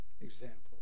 example